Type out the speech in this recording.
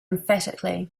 emphatically